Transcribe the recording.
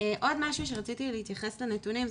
עוד משהו שרציתי להתייחס לנתונים,